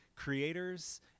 creators